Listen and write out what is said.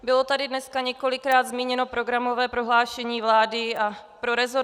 Bylo tady dneska několikrát zmíněno programové prohlášení vlády a pro resort